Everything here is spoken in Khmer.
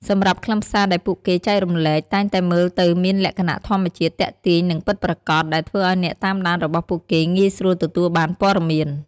សម្រាប់ខ្លឹមសារដែលពួកគេចែករំលែកតែងតែមើលទៅមានលក្ខណៈធម្មជាតិ ទាក់ទាញ និងពិតប្រាកដ ដែលធ្វើឱ្យអ្នកតាមដានរបស់ពួកគេងាយស្រួលទទួលបានព័ត៌មាន។